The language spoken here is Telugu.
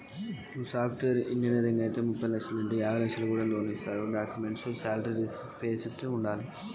నేను ఒక సాఫ్ట్ వేరు ఇంజనీర్ నాకు ఒక ముప్పై లక్షల లోన్ ఇస్తరా? వాటికి ఏం డాక్యుమెంట్స్ కావాలి?